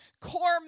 core